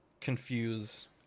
confuse